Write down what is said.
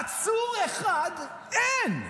עצור אחד אין.